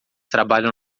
trabalham